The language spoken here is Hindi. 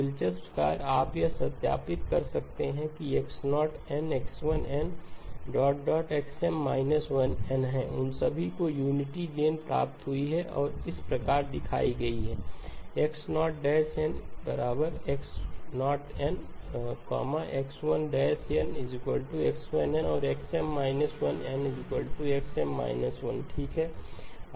दिलचस्प कार्य आप यह सत्यापित कर सकते हैं कि यह X0 n X1 n XM 1n है उन सभी को यूनिटी गेन प्राप्त हुई है और इस प्रकार दिखाई गई है X0' n X0 n X1 n X1 n और XM 1 n XM 1 ठीक है